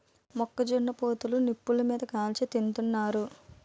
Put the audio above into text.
మొక్క జొన్న పొత్తులు నిప్పులు మీది కాల్చి తింతన్నారు